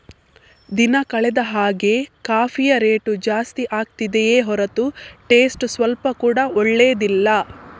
ದಿನ ಕಳೆದ ಹಾಗೇ ಕಾಫಿಯ ರೇಟು ಜಾಸ್ತಿ ಆಗ್ತಿದೆಯೇ ಹೊರತು ಟೇಸ್ಟ್ ಸ್ವಲ್ಪ ಕೂಡಾ ಒಳ್ಳೇದಿಲ್ಲ